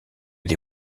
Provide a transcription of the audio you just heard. des